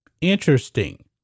Interesting